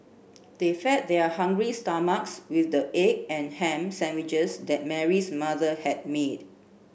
they fed their hungry stomachs with the egg and ham sandwiches that Mary's mother had made